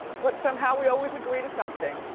but somehow we always agree to something.